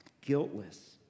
guiltless